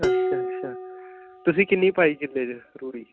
ਅੱਛਾ ਅੱਛਾ ਤੁਸੀਂ ਕਿੰਨੀ ਪਾਈ ਸੀ ਫਿਰ ਰੂੜੀ